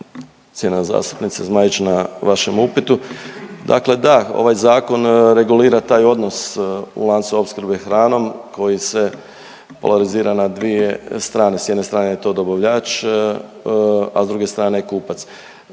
zastupnice Zmaić na vašem upitu. Dakle, da ovaj zakon regulira taj odnos u lancu opskrbe hranom koji se … na dvije strane, s jedne strane je to dobavljač, a s druge strane je kupac.